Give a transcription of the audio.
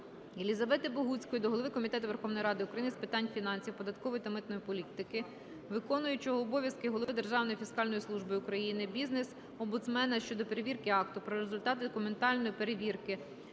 Єлізавети Богуцької до голови Комітету Верховної Ради України з питань фінансів, податкової та митної політики, виконуючого обов'язки Голови Державної фіскальної служби України, бізнес-омбудсмена щодо перевірки Акту про результати документальної перевірки